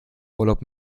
urlaub